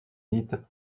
dite